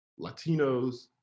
Latinos